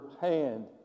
hand